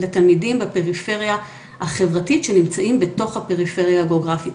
לתלמידים בפריפריה החברתית שנמצאים בתוך הפריפריה הגיאוגרפית.